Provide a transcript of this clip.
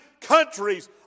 countries